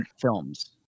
films